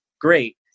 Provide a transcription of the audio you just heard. great